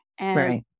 right